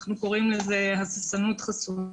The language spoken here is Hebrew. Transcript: אנחנו קוראים לזה "הססנות חיסונים",